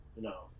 no